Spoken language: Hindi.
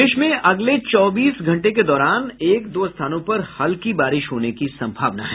प्रदेश में अगले चौबीस घंटे के दौरान एक दो स्थानों पर हल्की बारिश होने की सम्भावना है